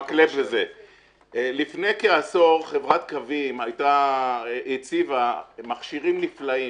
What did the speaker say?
לפני כעשור, חברת קווים הציבה מכשירים נפלאים.